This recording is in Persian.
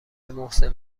محسن